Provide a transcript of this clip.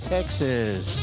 Texas